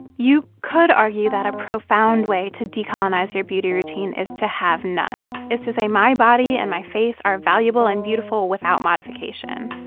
you could argue that a profound way to decolonize your beauty routine is to have none, is to say, my body and my face are valuable and beautiful without modification.